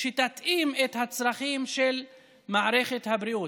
כדי שתתאם את הצרכים של מערכת הבריאות.